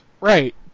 Right